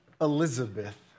Elizabeth